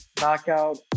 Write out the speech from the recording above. knockout